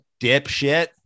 dipshit